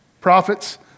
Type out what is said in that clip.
prophets